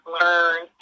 learn